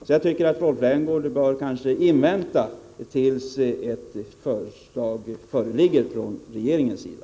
Så jag tycker att Rolf Rämgård bör vänta till dess ett förslag föreligger från regeringens sida.